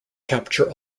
capture